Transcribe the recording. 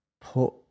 Put